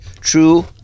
true